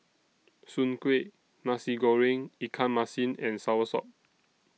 Soon Kueh Nasi Goreng Ikan Masin and Soursop